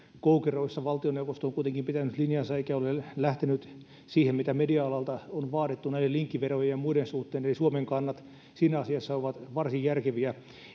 koukeroissa valtioneuvosto on kuitenkin pitänyt linjansa eikä ole lähtenyt siihen mitä media alalta on vaadittu näiden linkkiverojen ja muiden suhteen eli suomen kannat siinä asiassa ovat varsin järkeviä